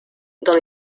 dans